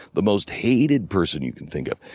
the most hated person you can think of,